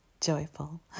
Joyful